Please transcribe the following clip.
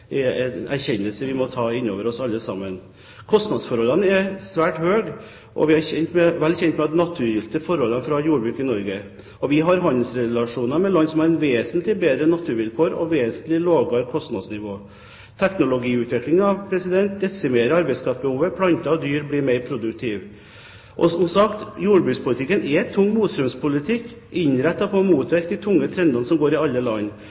er en erkjennelse vi må ta inn over oss alle sammen. Kostnadsnivået er svært høyt, og man er vel kjent med de naturgitte forhold når det gjelder jordbruk i Norge. Vi har handelsrelasjoner med land som har vesentlig bedre naturvilkår og vesentlig lavere kostnadsnivå. Teknologiutviklingen desimerer arbeidskraftbehovet, planter og dyr blir mer produktive, og, som sagt, jordbrukspolitikken er en tung motstrømspolitikk innrettet på å motvirke de tunge trendene som går i alle land.